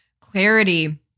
clarity